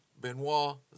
Benoit